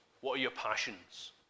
what-are-your-passions